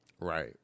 Right